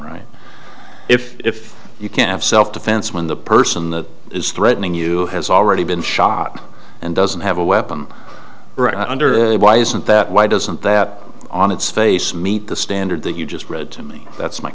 right if you can't have self defense when the person that is threatening you has already been shot and doesn't have a weapon under it why isn't that why doesn't that on its face meet the standard that you just read to me that's my